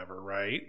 Right